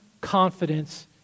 confidence